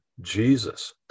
Jesus